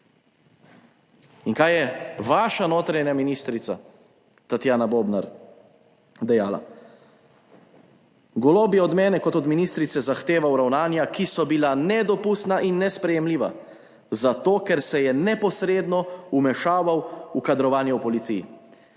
In kaj je vaša notranja ministrica Tatjana Bobnar dejala, »Golob je od mene kot od ministrice zahteval ravnanja, ki so bila nedopustna in nesprejemljiva, zato ker se je neposredno vmešaval v kadrovanje v policiji.